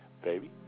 Baby